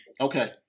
Okay